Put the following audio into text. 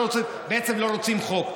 בעצם לא רוצים חוק.